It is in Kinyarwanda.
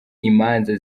imanza